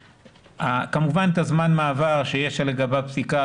כמובן זמן המעבר שיש לגביו פסיקה,